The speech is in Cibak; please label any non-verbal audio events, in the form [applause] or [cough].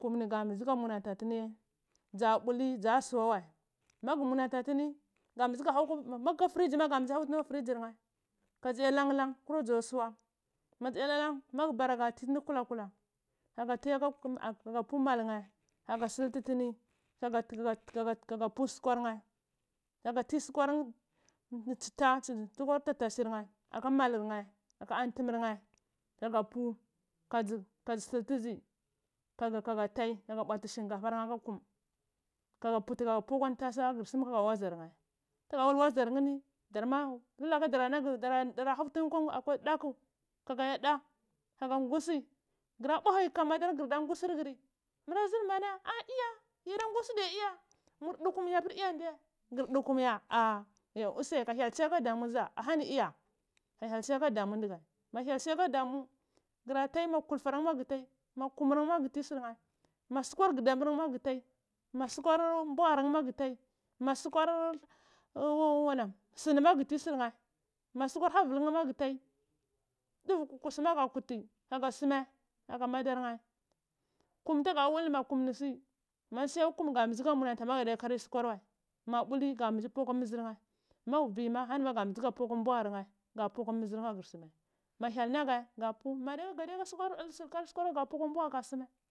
Kun ni gambzi ka munanta tini za bidi za suwa wae magmunante tini gambzi ka hau akwa grigima gamble han akwa grigirnal kaz eya lan lan kura zuwa swa naz eya lan lan mag bara gati tni kula kula agtiya kum aga pu malzae aga silti tini kaga kaga ti skwarnae kaga ti skwar nae citta aka takaszrnae mal nae aka antamir nae kaga pu kae silkizi kaga kagatai ti shinkafar nae aka kim kaga puti kaga pu akwa atasa kagr sm kaka waza nae tgata wazar nae nai tga wul wa zayar naeni vr laka dara nagr dara hautinae akwa daku kaka eya da kaka ngwi gra bwa hawi kaka madar na gr dargusi mra zr mana ar iya yada ngusida iya mur dkumya apr iya adiya gr dkumya ar yo usai ka hyal siyaka damwa za ahani iya hyal siyaka zg abani iya ka hyal siyaka damu ndga ma hyal siyaka damu gra tai ma kul ear nae ma gratai ma kuma gti sr nae ma skwar gdambu ma gtai ma skwar mbuhar nae ma gtai ma skwar [hesitation] sini ma gti sr nae ma skwar hargrnae ma gtati dvu kukustima ga puti ga same kaka madarnae kum tga wul ni makuni si mand siyaka kumni gambai ka munanta magadiyaka karir skwar wae ma buli gambzi pu akwa mzarnae magbwui ko ahani ma gamzi ka puakwa mbubar nae gap u kwa mzarnae agr same ma hyal naga ga same ka karir skwar gapukwar ambuha ga same.